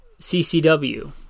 CCW